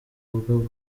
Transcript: ubwo